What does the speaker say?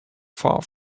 far